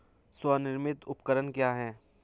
स्वनिर्मित उपकरण क्या है?